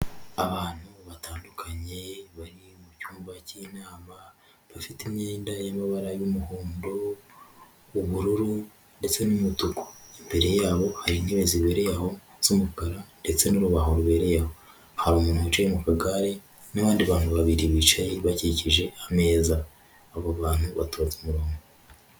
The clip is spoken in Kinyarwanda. Abantu batandukanye bari mu cyumba cy'inama bafite imyenda y'amabara y'umuhondo, ubururu ndetse n'umutuku, imbere yabo hari intebe zibereye aho z'umukara ndetse n'urubaho rubereye aho, hari umuntu wicaye mu kagare n'abandi bantu babiri bicaye bakikije ameza, abo bantu batonze umuronko.